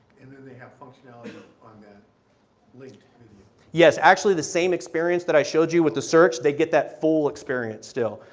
they have function on that link. justin yes, actually the same experience that i showed you with the search, they get that full experience still.